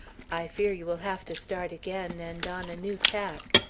i fear you will have to start again, and on a new tack.